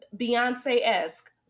Beyonce-esque